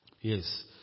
Yes